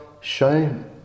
shame